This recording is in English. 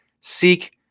Seek